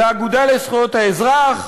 לאגודה לזכויות האזרח.